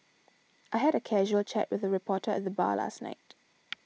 I had a casual chat with a reporter at the bar last night